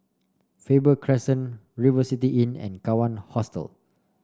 Faber Crescent River City Inn and Kawan Hostel